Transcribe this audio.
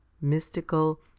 mystical